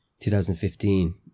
2015